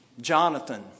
Jonathan